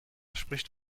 spricht